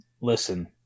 listen